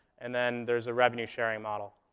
and then there's a revenue-sharing model.